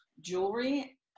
jewelry